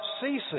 ceasing